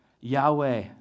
Yahweh